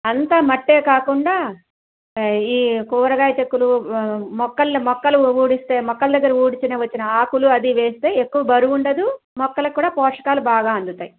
అంతా మట్టే కాకుండా ఆ ఈ కూరగాయ చెక్కులు మొక్కల్ని మొక్కలు ఊడిస్తే మొక్కల దగ్గర ఊడ్చిన ఆకులు వచ్చిన ఆకులు అది వేస్తే ఎక్కువ బరువు ఉండదు మొక్కలకి కూడా పోషకాలు బాగా అందుతాయి